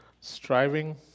striving